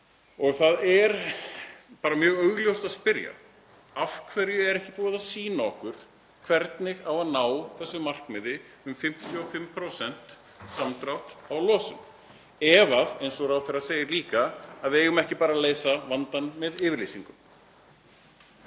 Það er bara mjög augljóst að maður spyrji: Af hverju er ekki búið að sýna okkur hvernig á að ná þessu markmiði um 55% samdrátt í losun ef, eins og ráðherra segir líka, við eigum ekki bara að leysa vandann með yfirlýsingum?